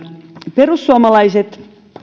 perussuomalaiset